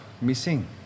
missing